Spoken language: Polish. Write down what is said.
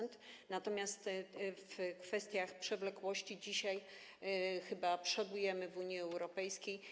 Natomiast w kwestiach przewlekłości dzisiaj chyba przodujemy w Unii Europejskiej.